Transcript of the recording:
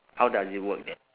how does it work then